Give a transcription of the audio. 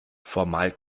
formal